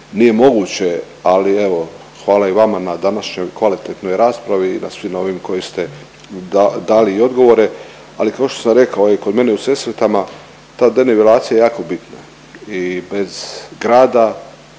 nije moguće, ali evo, hvala i vama na današnjoj kvalitetnoj raspravi i na svim ovim kojim ste dali odgovore, ali kao što sam rekao, ovaj kod mene u Sesvetama ta denivelacija je jako bitna i bez grada,